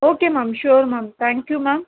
okay ma'am sure ma'am thank you ma'am